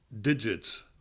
digits